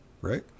Right